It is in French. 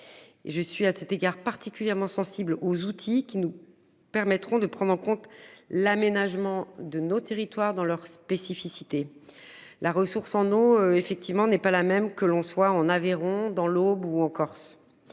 je suis à cet égard particulièrement sensible aux outils qui nous permettront de prendre en compte l'aménagement de nos territoires dans leur spécificité. La ressource en eau effectivement n'est pas la même que l'on soit en Aveyron, dans l'Aube ou en Corse.